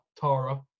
Tara